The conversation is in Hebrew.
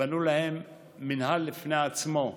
בנו להם מינהל בפני עצמו,